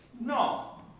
no